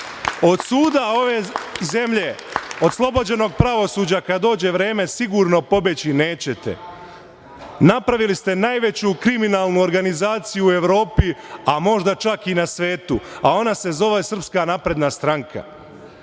Od suda ove zemlje, oslobođenog pravosuđa kada dođe vreme, sigurno pobeći nećete. Napravili ste najveću kriminalnu organizaciju u Evropi, a možda čak i na svetu, a ona se zove SNS i vi ste